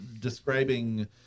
describing